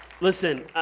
Listen